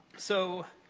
so,